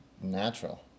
natural